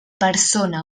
persona